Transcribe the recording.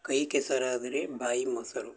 ಕೈ ಕೆಸರಾದರೆ ಬಾಯಿ ಮೊಸರು